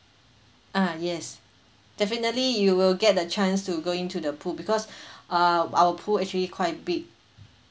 ah yes definitely you will get a chance to go into the pool because uh our pool actually quite big